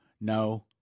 No